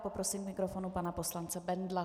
Poprosím k mikrofonu pana poslance Bendla.